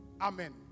Amen